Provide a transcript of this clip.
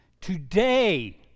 Today